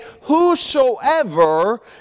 whosoever